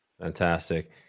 Fantastic